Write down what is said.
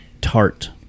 Tart